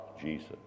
Jesus